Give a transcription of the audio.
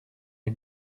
les